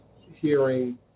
hearing